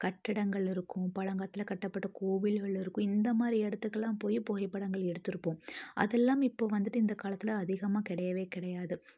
கட்டிடங்கள் இருக்கும் பழங்காலத்தில் கட்டப்பட்ட கோவில்கள் இருக்கும் இந்தமாதிரி இடத்துக்கலான் போய் புகைப்படங்கள் எடுத்திருப்போம் அது எல்லாமே இப்போ வந்துட்டு இந்த காலத்தில் அதிகமாக கிடையவே கிடையாது